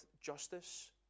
justice